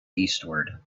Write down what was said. eastward